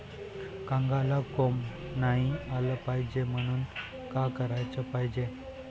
कांद्याला कोंब नाई आलं पायजे म्हनून का कराच पायजे?